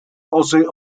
ozzy